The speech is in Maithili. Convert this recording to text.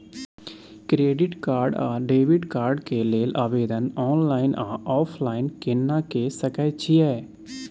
क्रेडिट कार्ड आ डेबिट कार्ड के लेल आवेदन ऑनलाइन आ ऑफलाइन केना के सकय छियै?